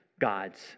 God's